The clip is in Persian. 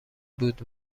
بود